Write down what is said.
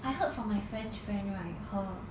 I heard from my friend's friend right her